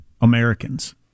Americans